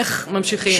איך ממשיכים,